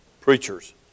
Preachers